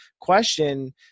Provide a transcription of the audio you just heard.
question